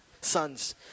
sons